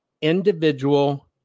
individual